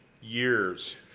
years